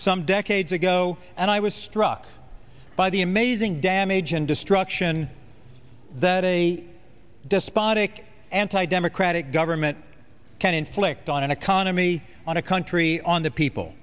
some decades ago and i was struck by the amazing damage and destruction that a despotic anti democratic government can inflict on an economy on a country on the people